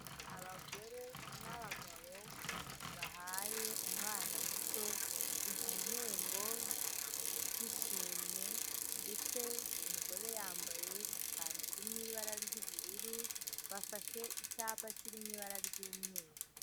Abagore n'abagabo bahaye umwana muto igihembo cy'ishimwe ndetse umugore yambaye ikanzu iri mu ibara ry'ubururu bafashe icyapa kirimo ibara ry'umweru.